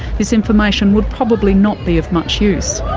this information would probably not be of much use.